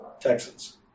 Texans